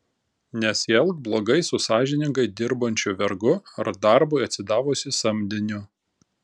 nesielk blogai su sąžiningai dirbančiu vergu ar darbui atsidavusiu samdiniu